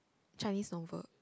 Chinese novel